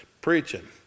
preaching